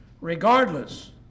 regardless